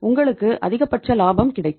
உங்களுக்கு அதிகபட்ச லாபம் கிடைக்கும்